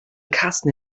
karsten